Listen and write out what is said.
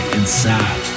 inside